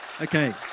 okay